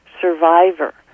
survivor